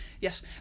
Yes